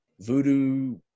voodoo